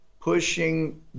pushing